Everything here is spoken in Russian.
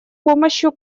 помощью